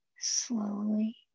slowly